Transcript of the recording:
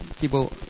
People